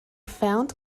found